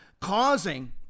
causing